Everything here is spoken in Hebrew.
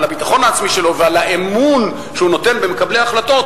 על הביטחון העצמי שלו ועל האמון שהוא נותן במקבלי ההחלטות,